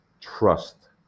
trust